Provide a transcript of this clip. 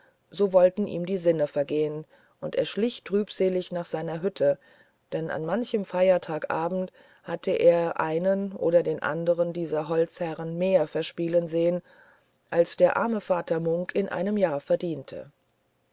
so wollten ihm die sinne vergehen und er schlich trübselig nach seiner hütte denn an manchem feiertagabend hatte er einen oder den andern dieser holzherren mehr verspielen sehen als der arme vater munk in einem jahr verdiente